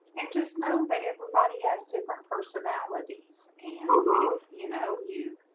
and just know that everybody has different personalities and um you know you